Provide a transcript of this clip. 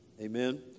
Amen